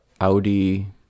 Audi